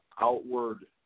Outward